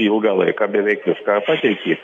ilgą laiką beveik viską pateikė